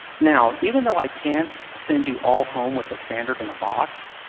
now even though i can't send you all home with a standard in a box,